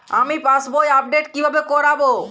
আমি passbook update কিভাবে করাব?